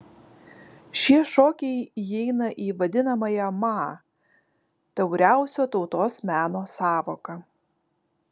šie šokiai įeina į vadinamąją ma tauriausio tautos meno sąvoką